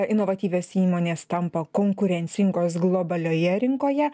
inovatyvios įmonės tampa konkurencingos globalioje rinkoje